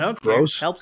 gross